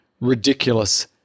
ridiculous